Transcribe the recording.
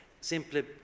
simply